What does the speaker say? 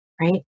right